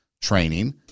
training